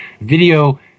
video